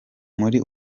muri